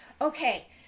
Okay